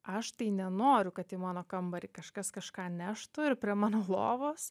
aš nenoriu kad į mano kambarį kažkas kažką neštų ir prie mano lovos